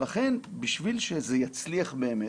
לכן בשביל שזה יצליח באמת